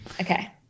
Okay